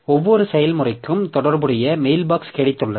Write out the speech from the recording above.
ஒவ்வொரு செயல்முறைக்கும் தொடர்புடைய மெயில்பாக்ஸ் கிடைத்துள்ளது